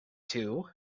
two